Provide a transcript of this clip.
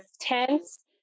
tense